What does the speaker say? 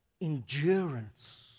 endurance